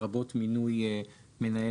לרבות מינוי מנהל